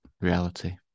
reality